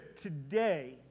today